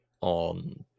on